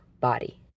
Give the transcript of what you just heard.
body